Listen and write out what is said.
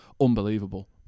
unbelievable